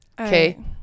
Okay